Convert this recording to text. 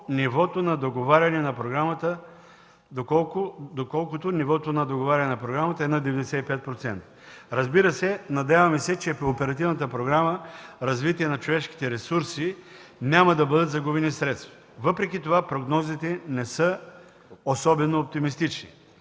нивото на договаряне на програмата е над 95%. Разбира се, надяваме се, че по Оперативната програма „Развитие на човешките ресурси” няма да бъдат загубени средства. Въпреки това прогнозите не са особено оптимистични,